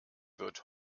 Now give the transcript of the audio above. wird